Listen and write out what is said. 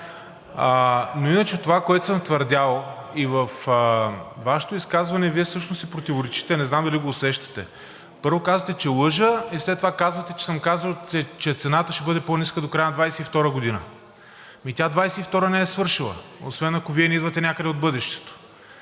Иначе това, което съм твърдял – и във Вашето изказване Вие всъщност си противоречите, не знам дали го усещате. Първо казвате, че лъжа, след това казвате, че съм казал, че цената ще бъде по-ниска до края на 2022 г. Ами тя 2022 г. не е свършила! Освен ако Вие не идвате някъде от бъдещето!